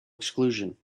exclusion